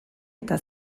eta